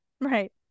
right